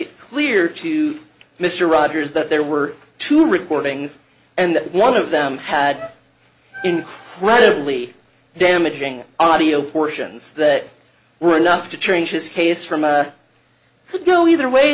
it clear to mr rogers that there were two recordings and one of them had incredibly damaging audio portions that were enough to change this case from a could go either way